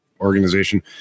organization